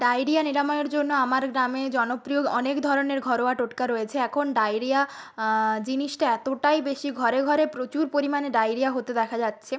diarrhoea নিরাময়ের জন্য আমার গ্রামে জনপ্রিয় অনেক ধরনের ঘরোয়া টোটকা রয়েছে এখন ডায়রিয়া জিনিসটা এতোটাই বেশি ঘরে ঘরে প্রচুর পরিমাণে ডায়রিয়া হতে দেখা যাচ্ছে